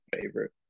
favorite